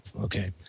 Okay